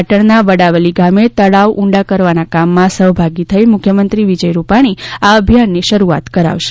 પાટણના વડાવ લી ગામે તળાવ ઊંડા કરવાના કામમાં સહભાગી થઇ મુખ્યમંત્રી વિજય રૂપાણી આ અભિયાનની શરૂઆત કરાવશે